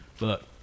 Look